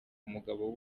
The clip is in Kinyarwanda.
umugabo